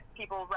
people